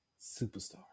superstar